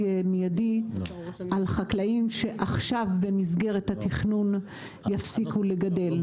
מיידי על חקלאים שעכשיו במסגרת התכנון יפסיקו לגדל.